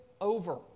over